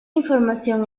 información